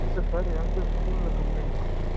sir எந்த ஸ்கூலில் complete பண்ணார்